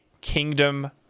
kingdom